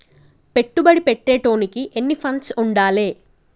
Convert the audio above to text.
పెట్టుబడి పెట్టేటోనికి ఎన్ని ఫండ్స్ ఉండాలే?